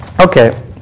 Okay